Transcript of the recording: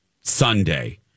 Sunday